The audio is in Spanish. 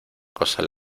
cosa